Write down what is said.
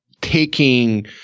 taking